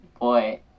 boy